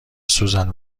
سوزن